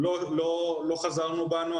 לא חזרנו בנו,